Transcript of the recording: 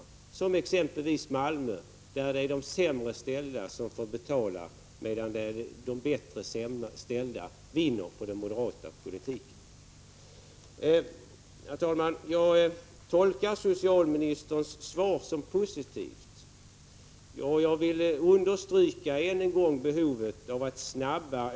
Det gäller exempelvis Malmö, där det är de sämre ställda som får betala, medan de bättre ställda vinner på den moderata politiken. Herr talman! Jag tolkar socialministerns svar som positivt. Jag vill än en — Prot. 1985/86:47 gång understryka behovet av att åtgärder snabbt vidtas.